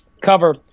cover